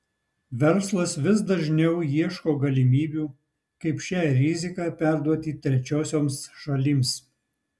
verslas vis dažniau ieško galimybių kaip šią riziką perduoti trečiosioms šalims